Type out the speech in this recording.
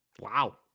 Wow